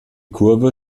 kurve